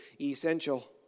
essential